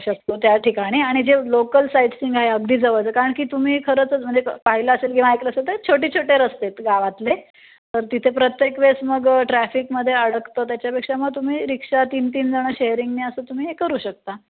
शकतो त्या ठिकाणी आणि जे लोकल साईटसिंग आहे अगदी जवळचं कारण की तुम्ही खरंचच म्हणजे पाहिलं असेल किंवा ऐकलं असेल तर छोटे छोटे रस्ते आहेत गावातले तर तिथे प्रत्येक वेळेस मग ट्रॅफिकमध्ये अडकतं त्याच्यापेक्षा मग तुम्ही रिक्षा तीन तीन जणं शेअरिंगने असं तुम्ही हे करू शकता